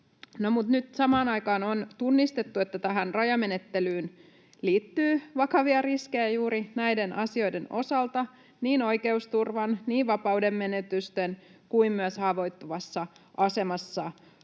Nyt samaan aikaan on tunnistettu, että tähän rajamenettelyyn liittyy vakavia riskejä juuri näiden asioiden osalta, niin oikeusturvan, vapaudenmenetysten kuin myös haavoittuvassa asemassa olevan